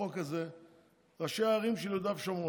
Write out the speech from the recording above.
בחוק הזה ראשי ערים של יהודה ושומרון.